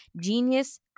Genius